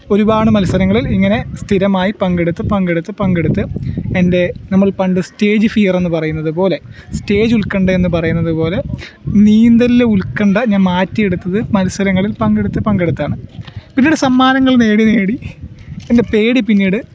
ഒരുപാട് മത്സരങ്ങളിൽ ഇങ്ങനെ സ്ഥിരമായി പങ്കെടുത്ത് പങ്കെടുത്ത് പങ്കെടുത്ത് എൻ്റെ നമ്മൾ പണ്ട് സ്റ്റേജ് ഫിയർ എന്നു പറയുന്നതുപോലെ സ്റ്റേജ് ഉൽക്കണ്ഠയെന്ന് പറയുന്നതുപോലെ നീന്തലിലെ ഉൽക്കണ്ഠ ഞാൻ മാറ്റി എടുത്തത് മത്സരങ്ങളിൽ പങ്കെടുത്ത് പങ്കെടുത്താണ് പിന്നീട് സമ്മാനങ്ങൾ നേടി നേടി എൻ്റെ പേടി പിന്നീട്